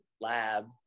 lab